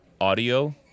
audio